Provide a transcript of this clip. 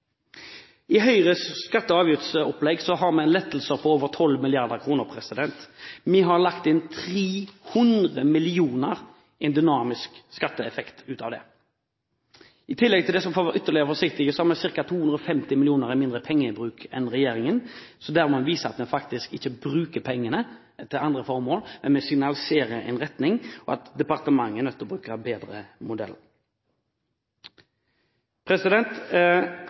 I Høyres skatte- og avgiftsopplegg har vi lettelser på over 12 mrd. kr. Vi har lagt inn 300 mill. kr i en dynamisk skatteeffekt av det. I tillegg til det, for å være ytterligere forsiktige, har vi ca. 250 mill. kr mindre i pengebruk enn regjeringen. Så dermed viser vi at vi faktisk ikke bruker pengene til andre formål, men vi signaliserer en retning og at departementet er nødt til å bruke bedre